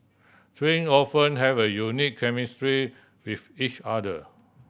twin often have a unique chemistry with each other